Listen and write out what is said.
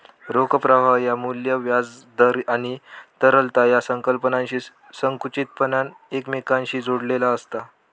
रोख प्रवाह ह्या मू्ल्य, व्याज दर आणि तरलता या संकल्पनांशी संकुचितपणान एकमेकांशी जोडलेला आसत